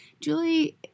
Julie